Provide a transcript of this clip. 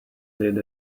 did